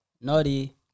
Naughty